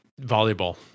volleyball